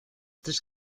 tres